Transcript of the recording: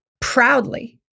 proudly